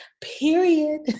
Period